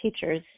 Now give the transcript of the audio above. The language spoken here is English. teachers